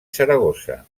saragossa